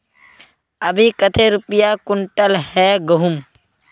अभी कते रुपया कुंटल है गहुम?